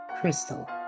Crystal